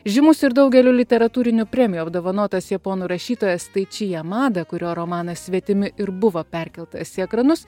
žymus ir daugeliu literatūrinių premijų apdovanotas japonų rašytojas taichi yamada kurio romanas svetimi ir buvo perkeltas į ekranus